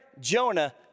Jonah